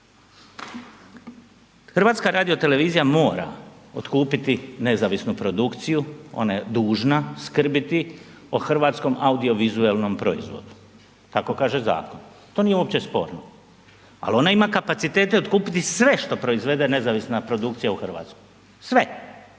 stav, samo čitam. HRT mora otkupiti nezavisnu produkciju, ona je dužna skrbiti o Hrvatskom audiovizualnom proizvodu, tako kaže zakon, to nije uopće sporno, al ona ima kapacitete otkupiti sve što proizvede nezavisna produkcija u RH, sve